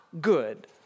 good